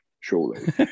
surely